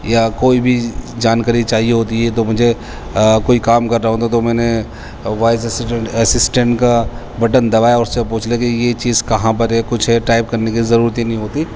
یا کوئی بھی جانکاری چاہیے ہوتی ہے تو مجھے کوئی کام کرنا ہوتا ہے تو میں نے وائس اسسٹن اسسٹن کا بٹن دبایا اور اس سے پوچھ لیا کہ یہ چیز کہاں پر ہے کچھ ٹائپ کرنے کی ضرورت ہی نہیں ہوتی